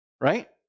right